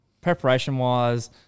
Preparation-wise